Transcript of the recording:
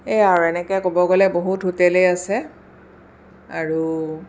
এয়া আৰু এনেকৈ ক'ব গ'লে বহুত হোটেলেই আছে আৰু